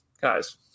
guys